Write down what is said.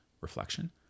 reflection